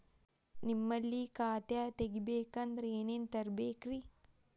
ನಿಮ್ಮಲ್ಲಿ ಖಾತಾ ತೆಗಿಬೇಕಂದ್ರ ಏನೇನ ತರಬೇಕ್ರಿ?